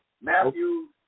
Matthew